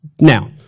Now